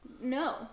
No